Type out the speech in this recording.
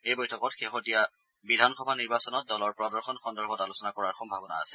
এই বৈঠকত শেহতীয়া বিধানসভা নিৰ্বাচনত দলৰ প্ৰদৰ্শন সন্দৰ্ভত আলোচনা কৰাৰ সম্ভাবনা আছে